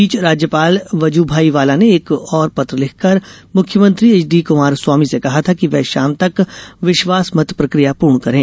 इस बीच राज्यपाल वजुभाईवाला ने एक और पत्र लिखकर मुख्यमंत्री एच डी कुमारस्वामी से कहा था कि वे शाम तक विश्वास मत प्रक्रिया पूर्ण करें